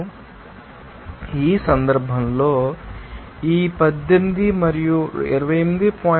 ఇప్పుడు ఈ సందర్భంలో ఈ 18 మరియు 28